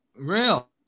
Real